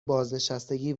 بازنشستگی